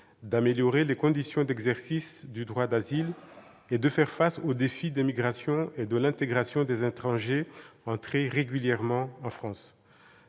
d'améliorer les conditions d'exercice du droit d'asile et de faire face aux défis des migrations et de l'intégration des étrangers entrés régulièrement en France.